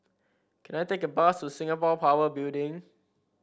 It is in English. can I take a bus to Singapore Power Building